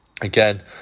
again